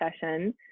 session